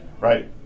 right